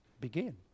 begin